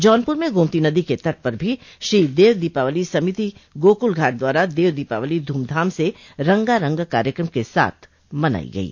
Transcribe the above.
जौनपुर में गोमती नदी के तट पर श्री देव दीपावली समिति गोकुलघाट द्वारा देव दीपावली धूमधाम से रंगारंग कार्यक्रम के साथ मनायी गयी